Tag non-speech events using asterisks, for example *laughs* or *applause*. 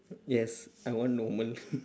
yes I want normal *laughs*